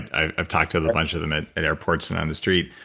i've talked to the bunch of them at and airports and on the street.